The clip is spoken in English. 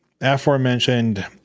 aforementioned